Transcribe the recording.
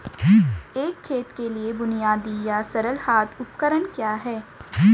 एक खेत के लिए बुनियादी या सरल हाथ उपकरण क्या हैं?